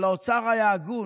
אבל האוצר היה הגון.